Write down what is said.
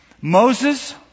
Moses